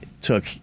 took